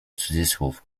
cudzysłów